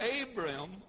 Abram